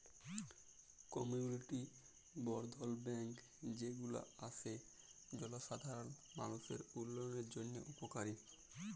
community বর্ধল bank যে গুলা আসে জলসাধারল মালুষের উল্যয়নের জন্হে উপকারী